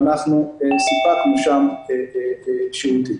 אנחנו סיפקנו שם שירותים.